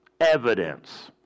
evidence